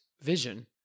vision